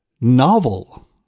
novel